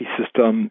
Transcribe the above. system